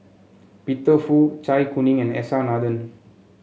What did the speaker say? Peter Fu Zai Kuning and S R Nathan